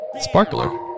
sparkler